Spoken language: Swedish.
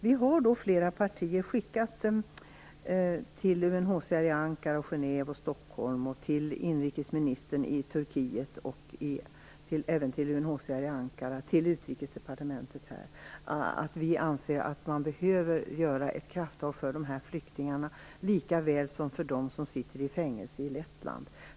Vi har från flera partier skrivit till UNHCR i Ankara, Genève och Stockholm, till inrikesministern i Turkiet och även till Utrikesdepartementet här att vi anser att man behöver ta krafttag för dessa flyktingar, lika väl som för dem som sitter i fängelse i Lettland.